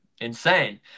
insane